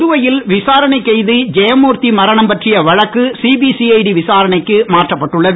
புதுவையில் விசாரணை கைதி ஜெயமூர்த்தி மரணம் பற்றிய வழக்கு சிபி சிஐடி விசாரணைக்கு மாற்றப்பட்டுள்ளது